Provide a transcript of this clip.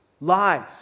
lies